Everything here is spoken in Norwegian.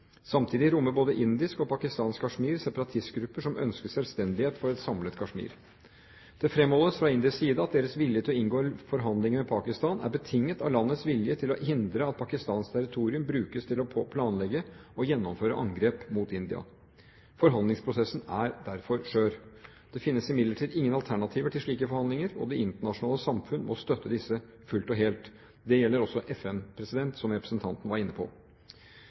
Samtidig rommer både indisk og pakistansk Kashmir separatistgrupper som ønsker selvstendighet for et samlet Kashmir. Det fremholdes fra indisk side at deres vilje til å inngå forhandlinger med Pakistan er betinget av landets vilje til å hindre at pakistansk territorium brukes til å planlegge og gjennomføre angrep mot India. Forhandlingsprosessen er derfor skjør. Det finnes imidlertid ingen alternativer til slike forhandlinger, og det internasjonale samfunn må støtte disse fullt og helt. Det gjelder også FN, som representanten var inne på.